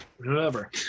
whoever